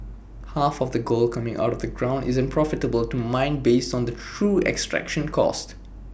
half of the gold coming out of the ground isn't profitable to mine based on the true extraction costs